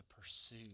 pursue